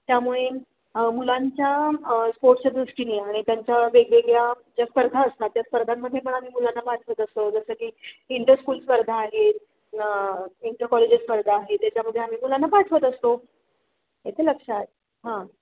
त्यामुळे मुलांच्या स्पोटच्या दृष्टीने आणि त्यांच्या वेगवेगळ्या ज्या स्पर्धा असतात त्या स्पर्धांमध्ये पण आम्ही मुलांना पाठवत असतो जसं की इंटरस्कूल स्पर्धा आहेत इंटकॉलेजिएट स्पर्धा आहेत त्याच्यामध्ये आम्ही मुलांना पाठवत असतो येतं लक्षात हां